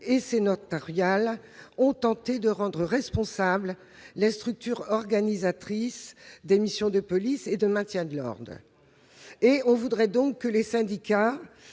sénatoriale ont tenté de rendre responsables les structures organisatrices des missions de police et de maintien de l'ordre. On voudrait donc que les syndicats